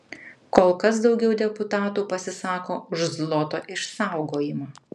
kol kas daugiau deputatų pasisako už zloto išsaugojimą